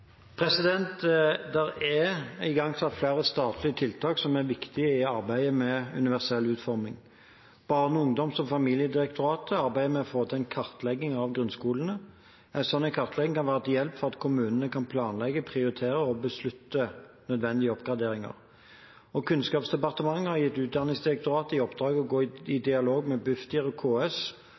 universell utforming. Barne-, ungdoms- og familiedirektoratet arbeider med å få til en kartlegging av grunnskolene. En slik kartlegging kan være til hjelp for at kommunene kan planlegge, prioritere og beslutte nødvendige oppgraderinger. Kunnskapsdepartementet har gitt Utdanningsdirektoratet i oppdrag å gå i dialog med Bufdir og KS